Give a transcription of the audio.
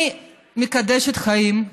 אני מקדשת חיים.